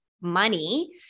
money